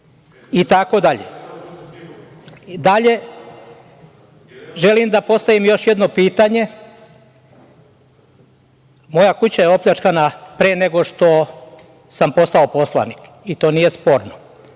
u ovoj zemlji, itd? Dalje, želim da postavim još jedno pitanje. Moja kuća je opljačkana pre nego što sam postao poslanik i to nije sporno.